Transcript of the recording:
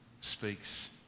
speaks